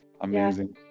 amazing